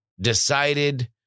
decided